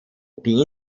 die